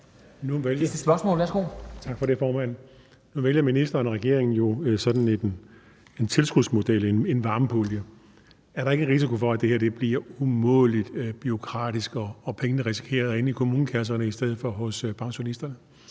Nu vælger ministeren og regeringen jo sådan en tilskudsmodel, en varmepulje. Er der ikke risiko for, at det her bliver umådelig bureaukratisk, og at pengene ender i kommunekasserne i stedet for hos pensionisterne?